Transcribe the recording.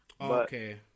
Okay